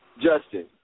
Justin